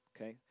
okay